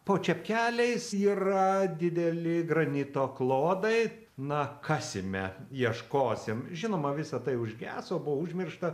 po čepkeliais yra dideli granito klodai na kasime ieškosim žinoma visa tai užgeso buvo užmiršta